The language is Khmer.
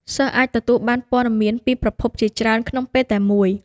សិស្សអាចទទួលបានព័ត៌មានពីប្រភពជាច្រើនក្នុងពេលតែមួយ។